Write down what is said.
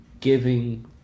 giving